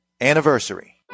anniversary